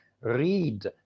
Read